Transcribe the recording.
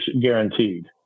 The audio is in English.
guaranteed